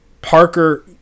Parker